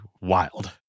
wild